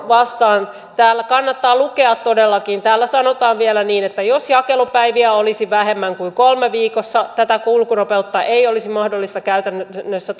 vastaan tämä kannattaa todellakin lukea täällä sanotaan vielä jos jakelupäiviä olisi vähemmän kuin kolme viikossa tätä kulkunopeutta ei olisi mahdollista käytännössä